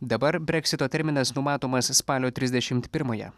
dabar breksito terminas numatomas spalio trisdešim pirmąją